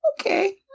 okay